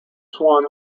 swan